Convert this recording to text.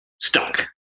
stuck